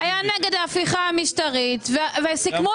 השלטון המקומי היה נגד ההפיכה המשטרית וסיכמו